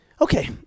Okay